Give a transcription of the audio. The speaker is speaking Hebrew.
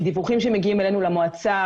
מדיווחים שמגיעים אלינו למועצה,